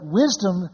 wisdom